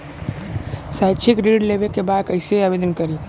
शैक्षिक ऋण लेवे के बा कईसे आवेदन करी?